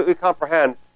comprehend